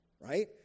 Right